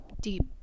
deep